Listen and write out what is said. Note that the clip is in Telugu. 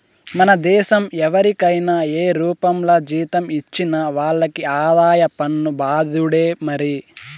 మన దేశం ఎవరికైనా ఏ రూపంల జీతం ఇచ్చినా వాళ్లకి ఆదాయ పన్ను బాదుడే మరి